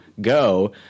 go